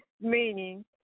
meaning